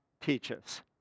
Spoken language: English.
teaches